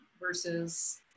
versus